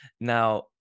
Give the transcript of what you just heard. Now